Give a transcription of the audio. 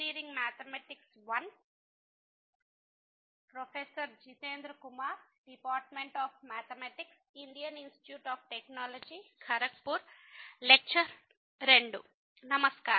నమస్కారం